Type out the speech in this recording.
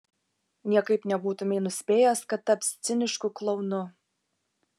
niekaip nebūtumei nuspėjęs kad taps cinišku klounu